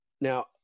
now